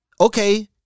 okay